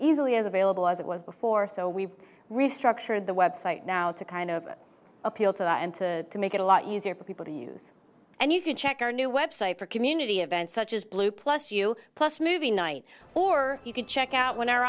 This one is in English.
easily as available as it was before so we restructured the website now to kind of appeal to that and to make it a lot easier for people to you and you can check our new website for community events such as blue plus you plus movie night or you can check out when